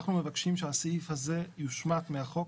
אנחנו מבקשים שהסעיף הזה יושמט מהחוק